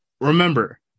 Remember